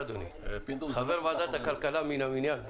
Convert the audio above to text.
חבר ועדת הכלכלה מן המניין.